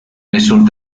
nessun